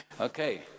Okay